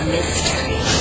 Mystery